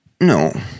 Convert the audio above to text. no